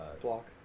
block